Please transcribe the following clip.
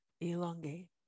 elongate